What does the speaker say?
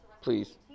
please